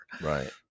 Right